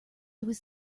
was